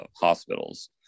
hospitals